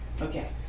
Okay